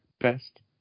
Best